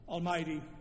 Almighty